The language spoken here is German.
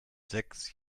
sechs